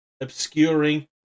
obscuring